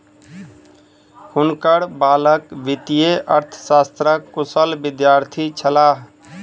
हुनकर बालक वित्तीय अर्थशास्त्रक कुशल विद्यार्थी छलाह